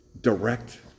direct